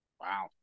Wow